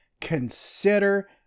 Consider